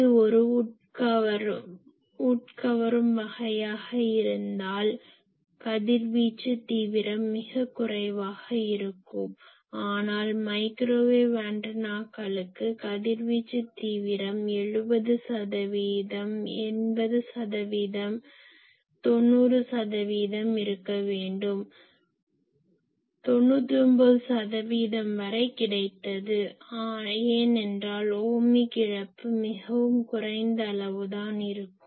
இது ஒரு உட்கவரும் வகையாக இருந்தால் கதிர்வீச்சு தீவிரம் மிகக் குறைவாக இருக்கும் ஆனால் மைக்ரோவேவ் ஆண்டனாக்களுக்கு கதிர்வீச்சு தீவிரம் 70 சதவீதம் 80 சதவீதம் 90 சதவீதம் இருக்க வேண்டும் 99 சதவீதம் வரை கிடைத்தது ஏனென்றால் ஓமிக் இழப்பு மிகவும் குறைந்த அளவு தான் இருக்கும்